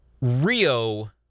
Rio